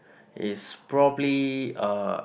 is probably uh